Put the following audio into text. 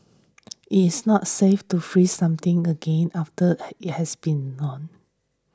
it is not safe to freeze something again after it has been thawed